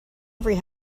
every